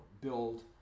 build